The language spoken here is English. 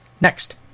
Next